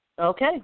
Okay